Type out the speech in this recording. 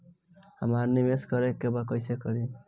हमरा निवेश करे के बा कईसे करी?